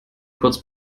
kurz